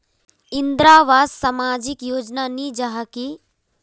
इंदरावास सामाजिक योजना नी जाहा की?